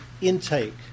intake